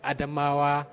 Adamawa